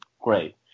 great